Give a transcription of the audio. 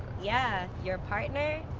yeah, your partner.